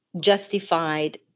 justified